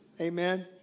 Amen